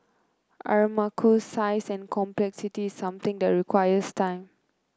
Aramco's size and complexity is something that requires time